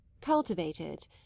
cultivated